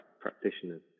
practitioners